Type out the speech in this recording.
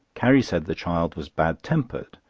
carrie said the child was bad-tempered,